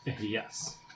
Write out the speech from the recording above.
Yes